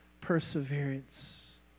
perseverance